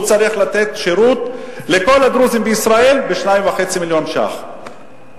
הוא צריך לתת שירות לכל הדרוזים בישראל ב-2.5 מיליון שקלים.